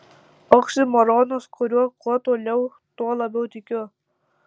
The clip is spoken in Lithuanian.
oksimoronas kuriuo kuo toliau tuo labiau tikiu